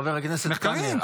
חבר הכנסת קלנר,